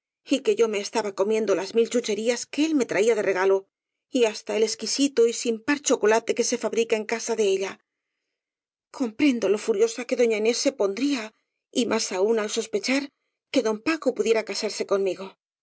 que yo me estaba comiendo las mil chucherías que él me traía de regalo y hasta el exquisito y sin par chocolate que se fabrica en casa de ella comprendo lo furiosa que doña inés se pondría y más aún al sospechar que don paco pudiera casarse conmigo